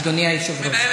אדוני היושב-ראש.